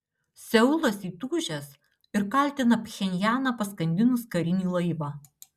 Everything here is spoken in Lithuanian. seulas įtūžęs ir kaltina pchenjaną paskandinus karinį laivą